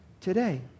today